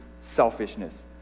selfishness